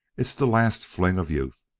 it's the last fling of youth.